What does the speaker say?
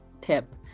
tip